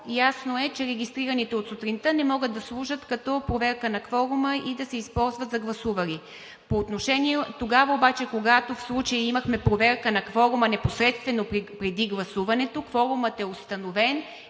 ясно е, че регистрираните от сутринта не могат да служат като проверка на кворума и да се използват за гласували. По отношение обаче тогава, когато в случая имахме проверка на кворума, непосредствено преди гласуването, кворумът е установен,